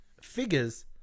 figures